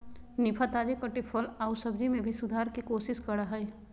निफा, ताजे कटे फल आऊ सब्जी में भी सुधार के कोशिश करा हइ